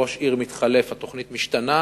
ראש עיר מתחלף והתוכנית משתנה,